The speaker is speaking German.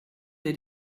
der